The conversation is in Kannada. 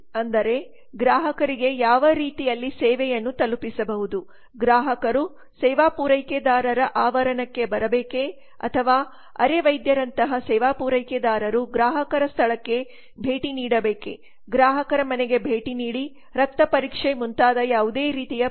ಅಂದರೆ ಗ್ರಾಹಕರಿಗೆ ಯಾವ ರೀತಿಯಲ್ಲಿ ಸೇವೆಯನ್ನು ತಲುಪಿಸಬಹುದು ಗ್ರಾಹಕರು ಸೇವಾ ಪೂರೈಕೆದಾರರ ಆವರಣಕ್ಕೆ ಬರಬೇಕೇ ಅಥವಾ ಅರೆವೈದ್ಯರಂತಹ ಸೇವಾ ಪೂರೈಕೆದಾರರು ಗ್ರಾಹಕರ ಸ್ಥಳಕ್ಕೆ ಭೇಟಿ ನೀಡಬೇಕೇ ಗ್ರಾಹಕರ ಮನೆಗೆ ಭೇಟಿ ನೀಡಿ ರಕ್ತ ಪರೀಕ್ಷೆ ಮುಂತಾದ ಯಾವುದೇ ರೀತಿಯ ಪರೀಕ್ಷೆ